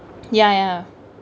ya ya